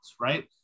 right